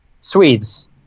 Swedes